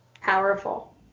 Powerful